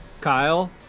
Kyle